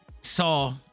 saw